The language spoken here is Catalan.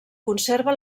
conserva